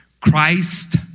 Christ